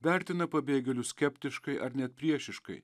vertina pabėgėlius skeptiškai ar net priešiškai